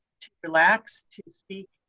relax, to be